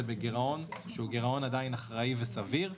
בגירעון שהוא עדיין גירעון אחראי וסביר.